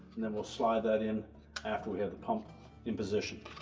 and then we'll slide that in after we have the pump in position.